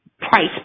price